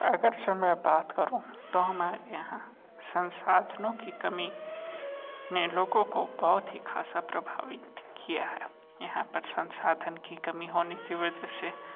अगर से मैं बात करूँ तो मैं यहाँ संसाधनों की कमी ने लोगों को बहुत ही ख़ासा प्रभावित किया है यहाँ पर संसाधनों की कमी होने की वजह से